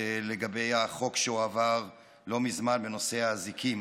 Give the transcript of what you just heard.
לגבי החוק שהועבר לא מזמן בנושא האזיקים.